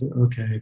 Okay